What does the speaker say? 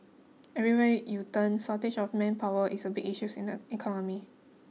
everywhere you turn shortage of manpower is a big issues in the economy